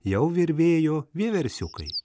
jau virvėjo vieversiukai